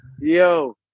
yo